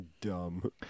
Dumb